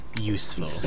useful